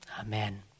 Amen